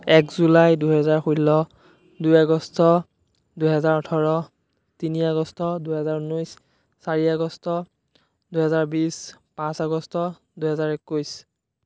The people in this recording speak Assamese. এক জুলাই দুহেজাৰ ষোল্ল দুই আগষ্ট দুহেজাৰ ওঠৰ তিনি আগষ্ট দুহেজাৰ ঊনৈছ চাৰি আগষ্ট দুহেজাৰ বিছ পাঁচ আগষ্ট দুহেজাৰ একৈছ